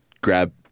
grab